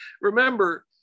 remember